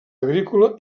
agrícola